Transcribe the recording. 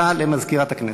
הודעה למזכירת הכנסת.